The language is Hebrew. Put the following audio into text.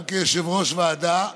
גם כיושב-ראש ועדה,